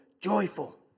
joyful